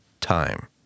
time